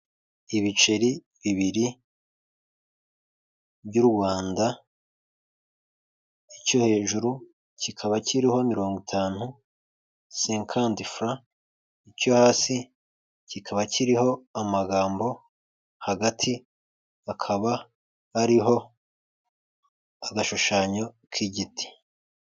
Ibiceri bibiri by'u Rwanda icyo hejuru kikaba kiriho mirongo itanu sekanti fura icyo hasi kikaba kiriho amagambo, hagati hakaba hariho agashushanyo k'igiti.